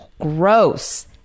gross